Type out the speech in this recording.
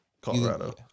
Colorado